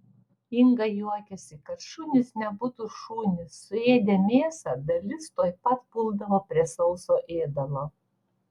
inga juokiasi kad šunys nebūtų šunys suėdę mėsą dalis tuoj pat puldavo prie sauso ėdalo